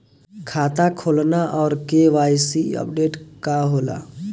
खाता खोलना और के.वाइ.सी अपडेशन का होला?